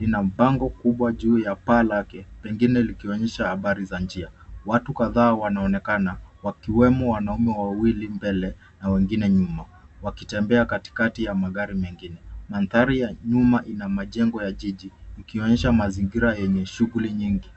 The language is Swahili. lina mpango kubwa juu ya lake pengine likionyesha habari za njia, watu kadhaa wanaonekana wakiwemo wanaume wawili mbele na wengine nyuma wakitembea katikati ya magari mengine mandhari ya nyuma ina majengo ya jiji ikionyesha mazingira yenye shughuli nyingi.